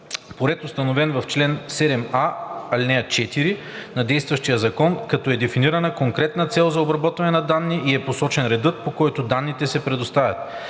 по ред, установен в чл. 7а, ал. 4 на действащия закон, като е дефинирана конкретната цел за обработване на данните и е посочен редът, по който данните се предоставят.